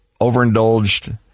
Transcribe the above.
overindulged